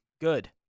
good